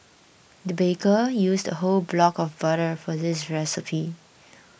the baker used a whole block of butter for this recipe